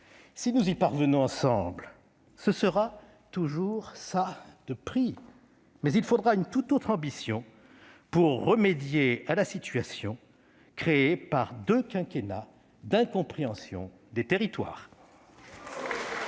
Si nous y parvenons ensemble, ce sera toujours ça de pris, mais il faudra une tout autre ambition pour remédier à la situation créée par deux quinquennats d'incompréhension des territoires.